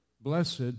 Blessed